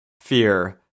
fear